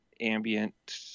ambient